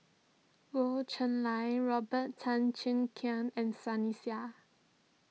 Goh Cheng Liang Robert Tan Cheng Keng and Sunny Sia